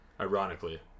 Ironically